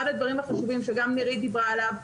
אחד הדברים החשובים שגם נירית וסימה דיברו עליו,